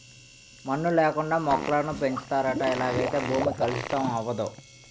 మన్ను లేకుండా మొక్కలను పెంచుతారట ఇలాగైతే భూమి కలుషితం అవదు